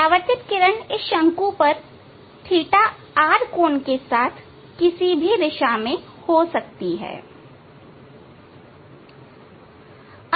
परावर्तित किरण इस शंकु पर ɵr कोण के साथ किसी भी दिशा में कहीं भी हो सकती है